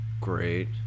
great